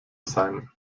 sein